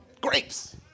Grapes